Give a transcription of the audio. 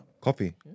coffee